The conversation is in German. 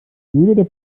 oder